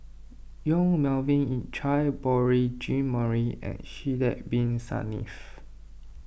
Yong Melvin Yik Chye Beurel Jean Marie and Sidek Bin Saniff